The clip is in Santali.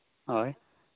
ᱦᱳᱭ